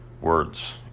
words